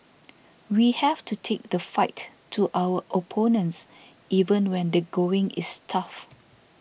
we have to take the fight to our opponents even when the going is tough